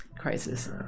crisis